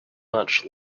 much